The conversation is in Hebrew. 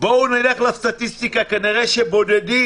בואו נלך לסטטיסטיקה, כנראה שבודדים.